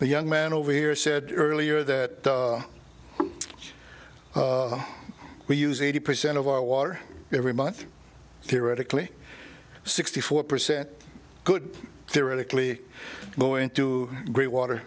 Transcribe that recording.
the young man over here said earlier that we use eighty percent of our water every month theoretically sixty four percent could theoretically go into great water